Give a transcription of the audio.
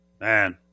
Man